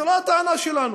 זו לא הטענה שלנו.